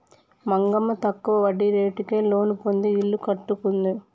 మంగమ్మ తక్కువ వడ్డీ రేటుకే లోను పొంది ఇల్లు కట్టుకుంది